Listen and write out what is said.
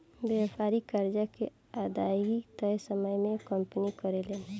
व्यापारिक कर्जा के अदायगी तय समय में कंपनी करेले